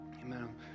Amen